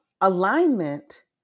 alignment